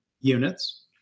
units